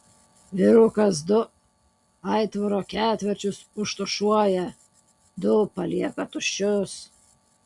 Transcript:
vyrukas du aitvaro ketvirčius užtušuoja du palieka tuščius